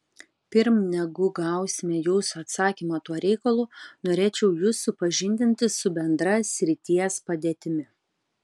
pirm negu gausime jūsų atsakymą tuo reikalu norėčiau jus supažindinti su bendra srities padėtimi